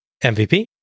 MVP